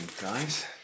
guys